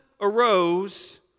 arose